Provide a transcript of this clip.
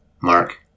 Mark